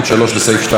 לסעיף 2,